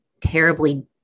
terribly